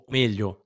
meglio